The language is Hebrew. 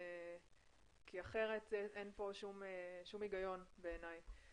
אחרת אין שום היגיון בעיני.